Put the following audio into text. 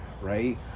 right